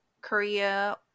korea